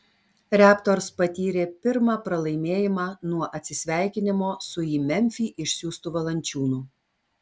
raptors patyrė pirmą pralaimėjimą nuo atsisveikinimo su į memfį išsiųstu valančiūnu